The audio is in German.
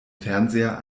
fernseher